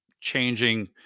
changing